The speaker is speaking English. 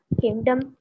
kingdom